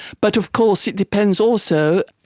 but of course it depends also,